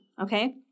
Okay